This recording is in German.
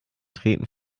treten